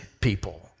people